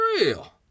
real